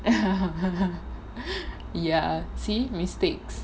ya see mistakes